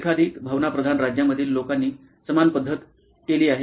एकाधिक भावनाप्रधान राज्यांमधील लोकांनी समान पद्धत केली आहे